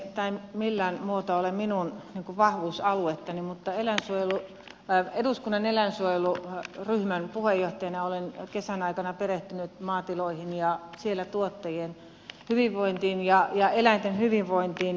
tämä ei millään muotoa ole minun vahvuusaluettani mutta eduskunnan eläinsuojeluryhmän puheenjohtajana olen kesän aikana perehtynyt maatiloihin ja siellä tuottajien hyvinvointiin ja eläinten hyvinvointiin